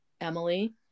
Emily